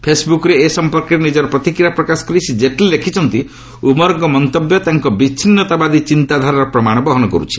ଫେସ୍ବୁକ୍ରେ ଏସମ୍ପର୍କରେ ନିଜର ପ୍ରତିକ୍ରିୟା ପ୍ରକାଶ କରି ଶ୍ରୀ ଜେଟ୍ଲୀ ଲେଖିଛନ୍ତି ଉମରଙ୍କ ମନ୍ତବ୍ୟ ତାଙ୍କ ବିଚ୍ଛିନ୍ନତାବାଦୀ ବିଚାରଧାରାର ପ୍ରମାଣ ବହନ କରେ